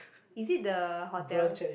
is it the hotel